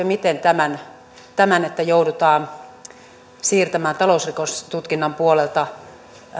miten näette tämän että joudutaan siirtämään talousrikostutkinnan puolelta